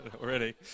already